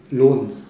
loans